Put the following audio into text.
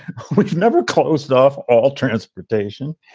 which never closed off all transportation.